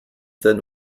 than